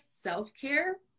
self-care